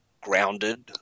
grounded